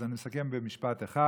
אז אני מסכם במשפט אחד: